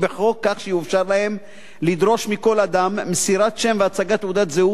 כך שיאופשר להם לדרוש מכל אדם מסירת שם והצגת תעודת זהות,